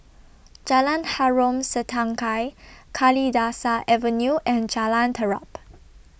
Jalan Harom Setangkai Kalidasa Avenue and Jalan Terap